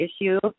issue